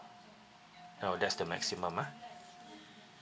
oh that's the maximum ah